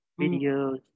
videos